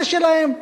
זה שלהם.